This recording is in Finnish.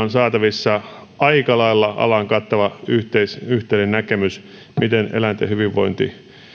on saatavissa aika lailla alan kattava yhteinen yhteinen näkemys siitä miten eläinten